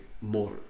more